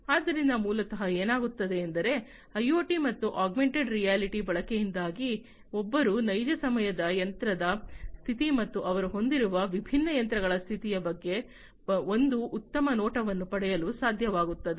ಆದ್ದರಿಂದ ಮೂಲತಃ ಏನಾಗುತ್ತದೆ ಎಂದರೆ ಐಒಟಿ ಮತ್ತು ಆಗ್ಮೆಂಟೆಡ್ ರಿಯಾಲಿಟಿ ಬಳಕೆಯಿಂದಾಗಿ ಒಬ್ಬರು ನೈಜ ಸಮಯದ ಯಂತ್ರದ ಸ್ಥಿತಿ ಮತ್ತು ಅವರು ಹೊಂದಿರುವ ವಿಭಿನ್ನ ಯಂತ್ರಗಳ ಸ್ಥಿತಿಯ ಬಗ್ಗೆ ಒಂದು ಉತ್ತಮ ನೋಟವನ್ನು ಪಡೆಯಲು ಸಾಧ್ಯವಾಗುತ್ತದೆ